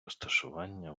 розташування